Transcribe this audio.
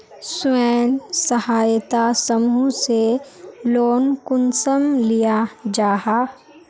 स्वयं सहायता समूह से लोन कुंसम लिया जाहा?